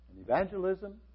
Evangelism